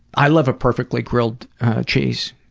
i love a perfectly grilled cheese.